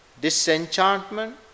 disenchantment